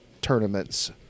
tournament's